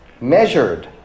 measured